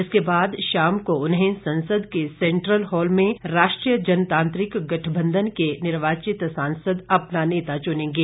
इसके बाद शाम को उन्हें संसद के सेन्ट्रल हॉल में राष्ट्रीय जनतांत्रिक गठबंधन के निर्वाचित सांसद मोदी को अपना नेता चुनेंगे